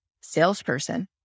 salesperson